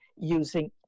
using